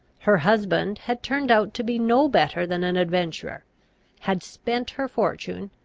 her husband had turned out to be no better than an adventurer had spent her fortune,